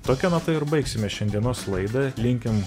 tokia nata ir baigsime šiandienos laidą linkim